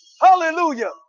hallelujah